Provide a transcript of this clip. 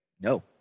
No